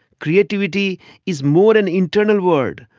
creativity is more of an internal word,